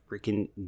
freaking